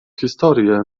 historię